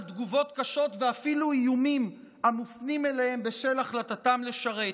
תגובות קשות ואפילו איומים המופנים אליהם בשל החלטתם לשרת.